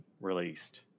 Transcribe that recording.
released